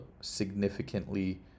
significantly